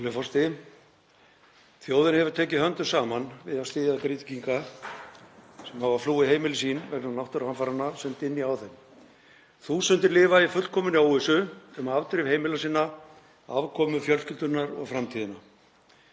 forseti. Þjóðin hefur tekið höndum saman við að styðja Grindvíkinga sem hafa flúið heimili sín vegna náttúruhamfaranna sem dynja á þeim. Þúsundir lifa í fullkominni óvissu um afdrif heimila sinna, afkomu fjölskyldunnar og framtíðina.